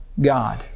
God